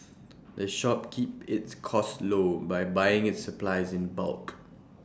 the shop keeps its costs low by buying its supplies in bulk